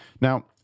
Now